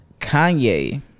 Kanye